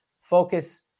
focus